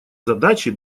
задачи